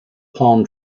palm